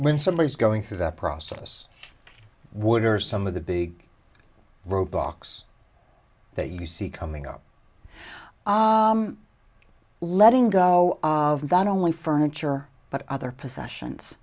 when somebody is going through that process would or some of the big roebuck's that you see coming up letting go of that only furniture but other possessions